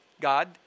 God